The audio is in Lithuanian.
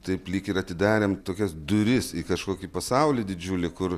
taip lyg ir atidarėm tokias duris į kažkokį pasaulyje didžiulį kur